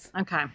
okay